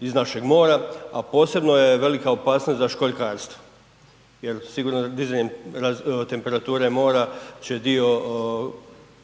iz našeg mora, a posebno je velika opasnost za školjkarstvo jer sigurno da dizanjem temperature mora će dio